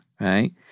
Right